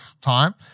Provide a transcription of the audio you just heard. time